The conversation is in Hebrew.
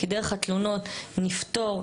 כי דרך התלונות נפתור,